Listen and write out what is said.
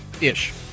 ish